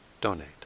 donate